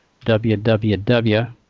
www